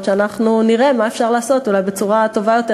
שאנחנו נראה מה אפשר לעשות שם אולי בצורה טובה יותר.